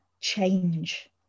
change